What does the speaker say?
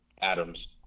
Adams